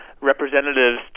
representatives